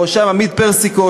בראשם עמית פרסיקו,